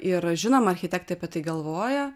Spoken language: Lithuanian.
ir žinoma architektai apie tai galvoja